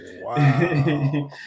wow